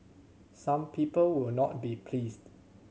some people will not be pleased